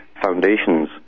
foundations